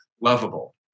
lovable